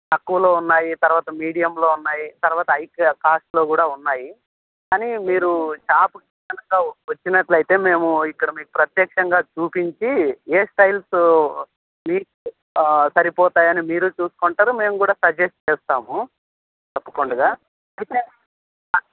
తక్కువలో ఉన్నాయి తరవాత మీడియంలో ఉన్నాయి తర్వాత హై కాస్ట్లో ఉన్నాయి కానీ మీరు షాప్కి గనక వచ్చినట్లయితే మేము ఇక్కడ మీరు మీకు ప్రత్యక్షంగా చూపించి ఏ స్టయిల్సు మీకు సరిపోతాయని మీరూ చూసుకుంటారు మేము కూడా సజెస్ట్ చేస్తాము తప్పకుండా అయితే